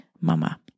mama